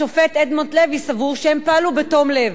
השופט אדמונד לוי סבור שהם פעלו בתום לב.